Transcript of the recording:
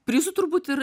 prizu turbūt ir